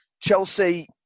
Chelsea